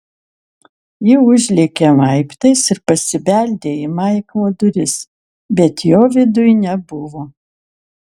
ji užlėkė laiptais ir pasibeldė į maiklo duris bet jo viduj nebuvo